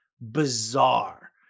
bizarre